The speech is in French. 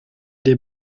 des